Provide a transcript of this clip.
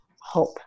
hope